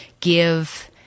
give